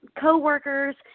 coworkers